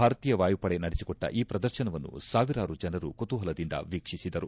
ಭಾರತೀಯ ವಾಯುಪಡೆ ನಡೆಸಿಕೊಟ್ಟ ಈ ಪ್ರದರ್ಶನವನ್ನು ಸಾವಿರಾರೂ ಜನರು ಕುತುಹಲದಿಂದ ವಿಕ್ಷೀಸಿದರು